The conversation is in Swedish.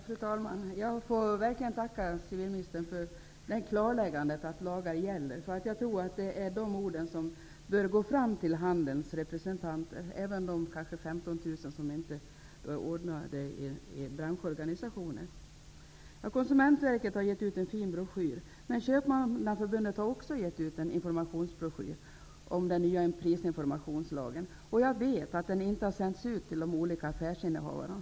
Fru talman! Jag får verkligen tacka civilministern för klarläggandet att lagen gäller. Jag tror att de är just de orden som bör gå fram till handelns representanter, även till de kanske 15 000 som inte tillhör branschorganisationen. Konsumentverket har gett ut en fin broschyr. Köpmannaförbundet har också gett ut en informationsbroschyr om den nya prisinformationslagen. Den broschyren har inte sänts ut till de olika affärsinnehavarna.